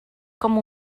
com